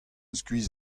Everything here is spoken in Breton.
skuizh